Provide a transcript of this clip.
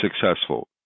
successful